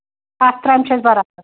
ہَتھ ترٛامہِ چھِ اَسہِ